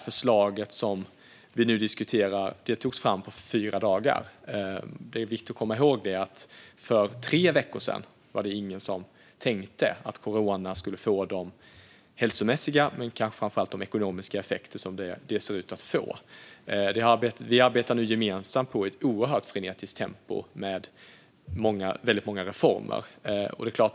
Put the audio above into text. Förslaget som vi nu diskuterar togs fram på fyra dagar, och det är viktigt att komma ihåg att för tre veckor sedan var det ingen som tänkte att coronaviruset skulle få de hälsomässiga och framför allt de ekonomiska effekter som det ser ut att få. Vi arbetar nu gemensamt i ett oerhört frenetiskt tempo med många reformer.